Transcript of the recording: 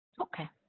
Okay